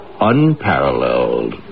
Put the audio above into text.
unparalleled